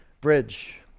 Bridge